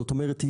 זאת אומרת,